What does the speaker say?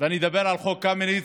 ואני אדבר על חוק קמיניץ,